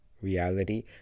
reality